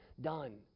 done